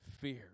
fear